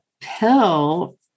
pill